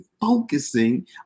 focusing